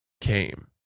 came